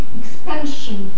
expansion